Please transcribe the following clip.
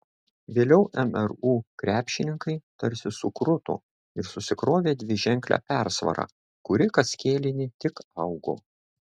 vėliau mru krepšininkai tarsi sukruto ir susikrovė dviženklę persvarą kuri kas kėlinį tik augo